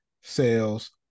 sales